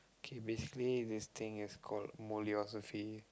okay basically this thing is called Mole-osophy